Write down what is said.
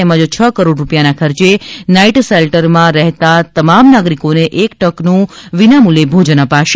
તેમજ છ કરોડ રૂપિયાના ખર્ચે નાઇટ ટેલ્ટરમાં રહેતા તમામ નાગરિકોને એક ટંકનું વિના મૂલ્યે ભોજન અપાશે